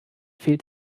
fehlt